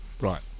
Right